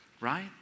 right